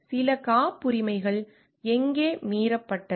சில காப்புரிமைகள் எங்கே மீறப்பட்டது